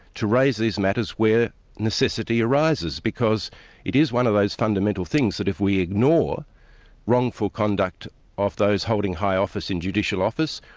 to raise these matters where necessity arises. because it is one of those fundamental things, that if ignore wrongful conduct of those holding high office in judicial office,